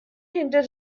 hinder